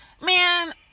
man